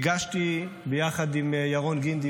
הגשתי ביחד עם ירון גינדי,